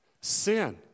Sin